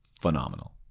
Phenomenal